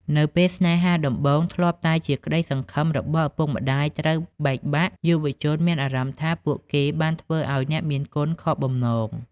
នៅពេលស្នេហាដំបូងដែលធ្លាប់តែជាក្តីសង្ឃឹមរបស់ឪពុកម្តាយត្រូវបែកបាក់ យុវជនមានអារម្មណ៍ថាពួកគេបានធ្វើឱ្យអ្នកមានគុណខកបំណង។